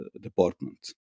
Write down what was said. department